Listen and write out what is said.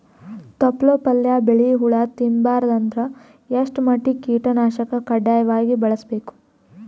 ತೊಪ್ಲ ಪಲ್ಯ ಬೆಳಿ ಹುಳ ತಿಂಬಾರದ ಅಂದ್ರ ಎಷ್ಟ ಮಟ್ಟಿಗ ಕೀಟನಾಶಕ ಕಡ್ಡಾಯವಾಗಿ ಬಳಸಬೇಕು?